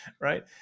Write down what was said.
Right